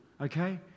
okay